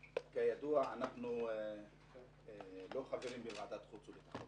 כידוע, אנחנו לא חברים בוועדת החוץ והביטחון